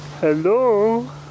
Hello